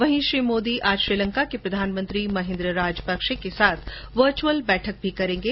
वहीं श्री मोदी आज श्रीलंका के प्रधानमंत्री महिंदा राजपक्षे के साथ वर्चुअल बैठक भी करेंगे